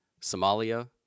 Somalia